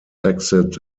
exit